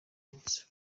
abatutsi